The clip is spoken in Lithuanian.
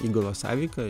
įgulos sąveika